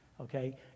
Okay